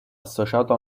associato